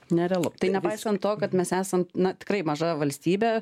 nerealu tai nepaisant to kad mes esam na tikrai maža valstybė